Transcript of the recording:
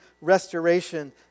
restoration